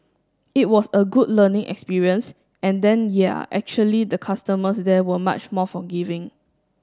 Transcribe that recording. it was a good learning experience and then yeah actually the customers there were much more forgiving